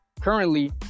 currently